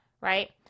right